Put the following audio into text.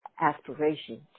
aspirations